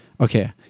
okay